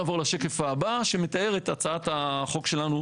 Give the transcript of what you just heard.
נעבור לשקף הבא שמתאר את הצעת החוק שלנו,